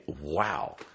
Wow